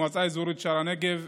מועצה אזורית שער הנגב,